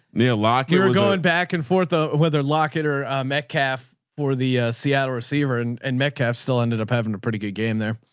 neil lockie was going back and forth, ah whether locket or metcalf for the seattle receiver and and metcalf still ended up having a pretty good game there.